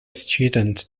student